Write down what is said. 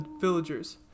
villagers